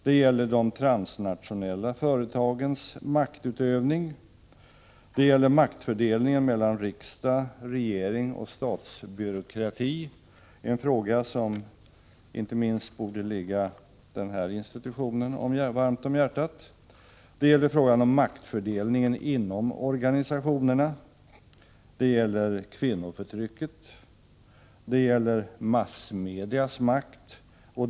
Det gäller de transnationella företagens maktutövning. Det gäller maktfördelningen mellan riksdag, regering och statsbyråkrati — en fråga som inte minst borde ligga den här institutionen varmt om hjärtat. Det gäller frågan om maktfördelningen inom organisationerna. Det gäller kvinnoförtrycket. Det gäller massmedias makt.